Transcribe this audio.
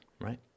right